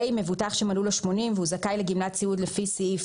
(ה)מבוטח שמלאו לו 80 שנים והוא זכאי לגמלת סיעוד לפי סעיף